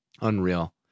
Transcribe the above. unreal